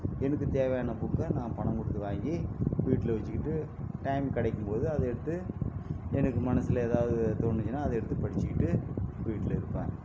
எனக்கு தேவையான புக்கை நான் பணம் கொடுத்து வாங்கி வீட்டில் வச்சுக்கிட்டு டைம் கிடைக்கும்போது அதை எடுத்து எனக்கு மனசில் ஏதாவது தோணுச்சுனா அதை எடுத்து படிச்சுக்கிட்டு வீட்டில் இருப்பேன்